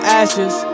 ashes